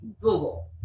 google